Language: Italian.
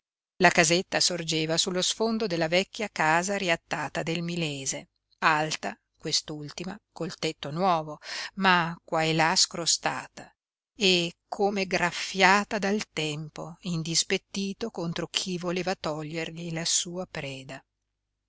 la casetta sorgeva sullo sfondo della vecchia casa riattata del milese alta quest'ultima col tetto nuovo ma qua e là scrostata e come graffiata dal tempo indispettito contro chi voleva togliergli la sua preda